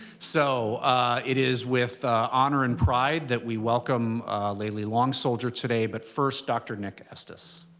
so it is with honor and pride that we welcome layli long soldier today. but first, dr. nick estes.